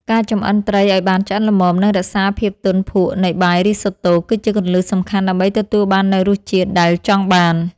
ការចម្អិនត្រីឱ្យបានឆ្អិនល្មមនិងរក្សាភាពទន់ភក់នៃបាយរីសូតូគឺជាគន្លឹះសំខាន់ដើម្បីទទួលបាននូវរសជាតិដែលចង់បាន។